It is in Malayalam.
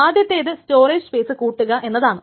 ആദ്യത്തേത് സ്റ്റോറേജ് സ്പേസ് കൂട്ടുക എന്നതാണ്